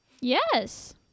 Yes